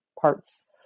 parts